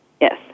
Yes